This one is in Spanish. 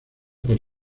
por